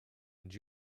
and